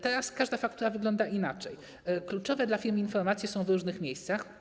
Teraz każda faktura wygląda inaczej, kluczowe dla firm informacje są zawarte w różnych miejscach.